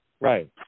Right